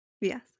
Yes